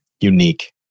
unique